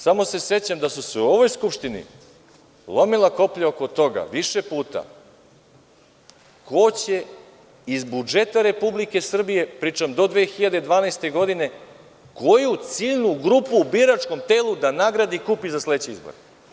Samo se sećam da se u ovoj Skupštini lomila koplja oko toga više puta ko će iz budžeta Republike Srbije, pričam do 2012. godine, koju ciljnu grupu u biračkom telu da nagradi i kupi za sledeće izbore.